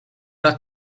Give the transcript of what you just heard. are